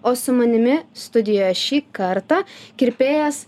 o su manimi studijoje šį kartą kirpėjas